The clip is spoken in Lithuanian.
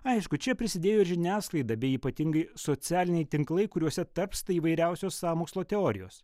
aišku čia prisidėjo ir žiniasklaida bei ypatingai socialiniai tinklai kuriuose tarpsta įvairiausios sąmokslo teorijos